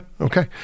Okay